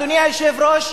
אדוני היושב-ראש,